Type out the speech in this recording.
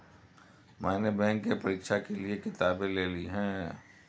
मैने बैंक के परीक्षा के लिऐ किताबें ले ली हैं